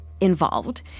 involved